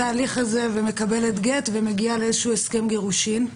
התהליך הזה ומקבלת גט ומגיעה להסכם גירושין.